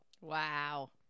Wow